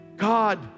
God